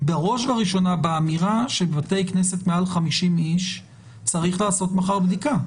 בראש ובראשונה באמירה שבבתי כנסת מעל 50 איש צריך לעשות מחר בדיקה,